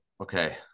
okay